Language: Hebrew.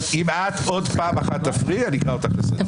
אם עוד פעם אחת את תפריעי, אני אקרא לסדר.